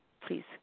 Please